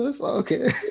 Okay